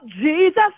Jesus